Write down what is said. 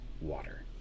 water